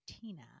Tina